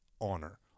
honor